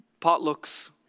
Potlucks